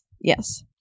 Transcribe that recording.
yes